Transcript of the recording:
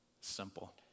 Simple